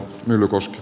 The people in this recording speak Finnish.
myllykoski